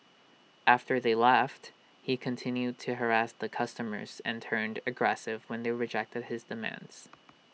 after they left he continued to harass the customers and turned aggressive when they rejected his demands